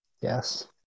Yes